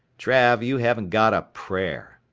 trav, you haven't got a prayer.